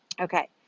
Okay